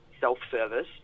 self-service